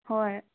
ꯍꯣꯏ